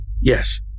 yes